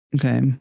Okay